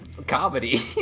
comedy